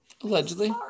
Allegedly